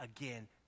again